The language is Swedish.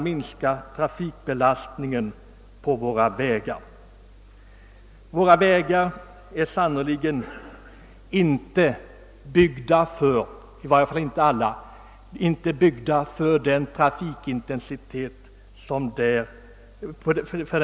minskar trafik belastningen på våra vägar, som sannerligen inte alla är byggda för den trafikintensitet vi nu har.